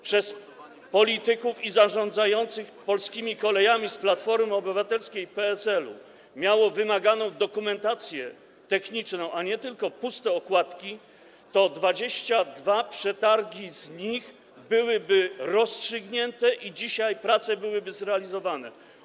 przez polityków i zarządzających polskimi kolejami z Platformy Obywatelskiej i PSL-u miało wymaganą dokumentację techniczną, a nie tylko puste okładki, to 22 z nich byłyby rozstrzygnięte i dzisiaj prace byłyby zrealizowane.